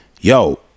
yo